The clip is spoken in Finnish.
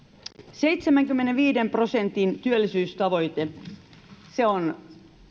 seitsemänkymmenenviiden prosentin työllisyystavoite se on